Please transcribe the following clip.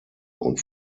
und